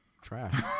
trash